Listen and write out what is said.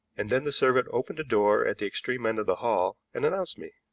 and then the servant opened a door at the extreme end of the hall and announced me.